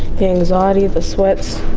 the anxiety, the sweats,